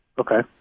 Okay